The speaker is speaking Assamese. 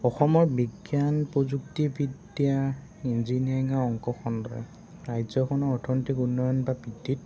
অসমৰ বিজ্ঞান প্ৰযুক্তিবিবিদ্যা ইঞ্জিনিয়াৰিং আৰু অংক খণ্ডই ৰাজ্যখনৰ অৰ্থনৈতিক উন্নয়ন বা বৃদ্ধিত